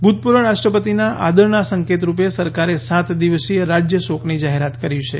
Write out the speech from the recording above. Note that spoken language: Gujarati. ભૂતપૂર્વ રાષ્ટ્રપતિના આદરના સંકેત રૂપે સરકારે સાત દિવસીય રાજ્ય શોકની જાહેરાત કરી છે